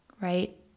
right